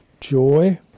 joy